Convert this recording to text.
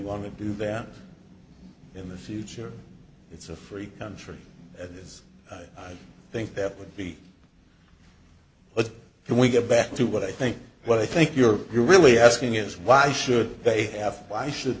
want to do that in the future it's a free country that is i think that would be what can we get back to what i think what i think you're really asking is why should they have